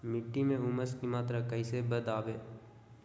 मिट्टी में ऊमस की मात्रा कैसे बदाबे?